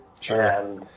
Sure